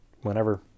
whenever